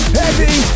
Heavy